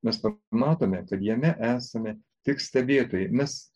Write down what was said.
mes matome kad jame esame tik stebėtojai nes